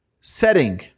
setting